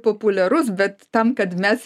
populiarus bet tam kad mes